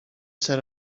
said